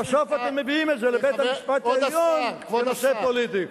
ובסוף אתם מביאים את זה לבית-המשפט העליון כנושא פוליטי.